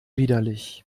widerlich